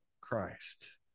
Christ